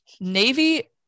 navy